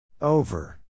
Over